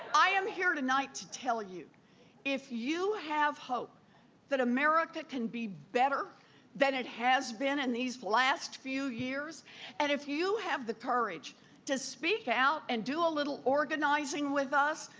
i am here tonight to tell you that if you have hope that america can be better than it has been in these last few years and if you have the courage to speak out and do a little organizing with us,